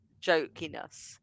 jokiness